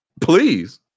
please